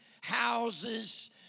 Houses